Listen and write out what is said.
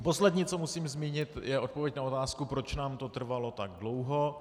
Poslední, co musím zmínit, je odpověď na otázku, proč nám to trvalo tak dlouho.